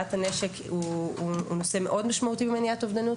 הגבלת הנשק הוא נושא מאוד משמעותי במניעת אובדנות.